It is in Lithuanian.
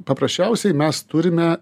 paprasčiausiai mes turime